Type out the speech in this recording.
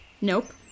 Nope